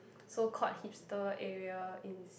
so called hipster area in